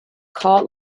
cort